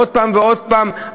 עוד פעם ועוד פעם,